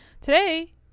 Today